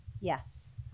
yes